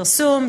פרסום,